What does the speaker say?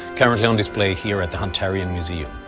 currently on display here at the hunterian museum.